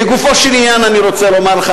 לגופו של עניין אני רוצה לומר לך,